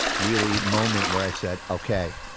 really, moment where i said, ok,